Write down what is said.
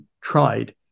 tried